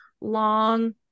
long